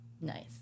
nice